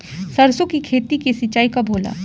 सरसों की खेती के सिंचाई कब होला?